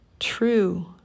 True